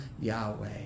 Yahweh